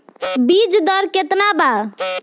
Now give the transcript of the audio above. बीज दर केतना वा?